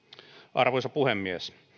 arvoisa puhemies